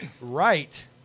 right